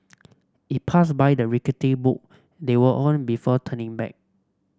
it passed by the rickety boat they were on before turning back